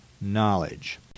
knowledge